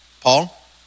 Paul